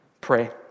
pray